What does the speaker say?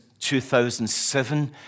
2007